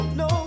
no